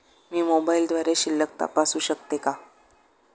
मी मोबाइलद्वारे शिल्लक तपासू शकते का?